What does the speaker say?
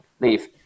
leave